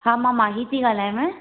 हा मां माही थी ॻाल्हायांव